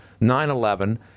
9-11